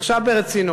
עכשיו ברצינות.